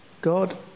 God